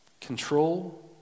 control